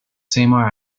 samar